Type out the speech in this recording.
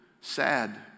sad